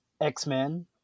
X-Men